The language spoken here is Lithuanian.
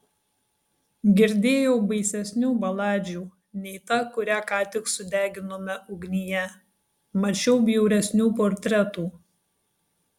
girdėjau baisesnių baladžių nei ta kurią ką tik sudeginome ugnyje mačiau bjauresnių portretų